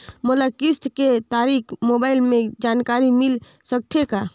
मोला किस्त के तारिक मोबाइल मे जानकारी मिल सकथे का?